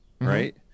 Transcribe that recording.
right